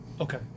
Okay